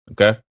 okay